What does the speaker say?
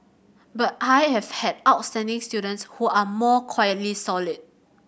but I have had outstanding students who are more quietly solid